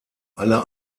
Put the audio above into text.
alle